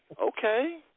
okay